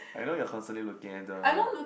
I know you're constantly looking at the